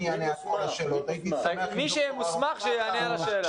מי שמוסמך, שיענה על השאלה.